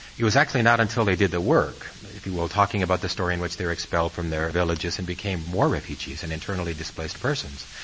it was actually not until they did the work if you will, talking about the story in which they're expelled from their villages and became more refugees an internally displaced persons.